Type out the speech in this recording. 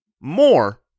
more